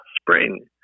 spring